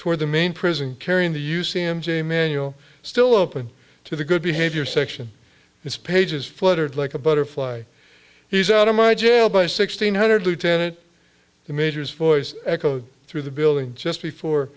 toward the main prison carrying the u c m j manual still open to the good behavior section its pages fluttered like a butterfly he's out of my jail by sixteen hundred lieutenant the major's voice echoed through the building just before